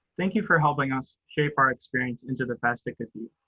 thank you for helping us shape our experience into the best it could be.